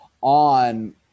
on